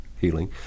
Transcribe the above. healing